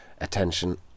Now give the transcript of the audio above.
attention